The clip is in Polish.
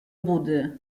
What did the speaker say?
budy